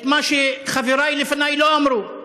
את מה שחברי לפני לא אמרו,